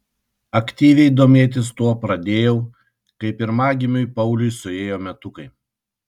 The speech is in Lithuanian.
aktyviai domėtis tuo pradėjau kai pirmagimiui pauliui suėjo metukai